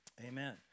Amen